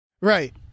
Right